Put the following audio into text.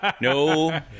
no